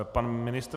Pan ministr?